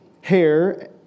hair